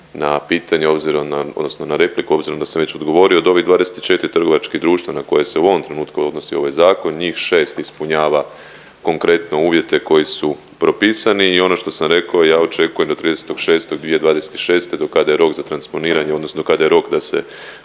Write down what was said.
na, odnosno na repliku obzirom da sam već odgovorio od 24 trgovačkih društva na koje se u ovom trenutku odnosi ovaj Zakon, njih 6 ispunjava konkretno uvjete koji su propisani i ono što sam rekao, ja očekujem do 30.6.2026. do kada je rok za transponiranje odnosno kada je rok da se